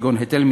כגון היטל,